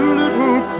little